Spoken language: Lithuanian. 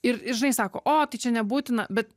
ir žinai sako o tai čia nebūtina bet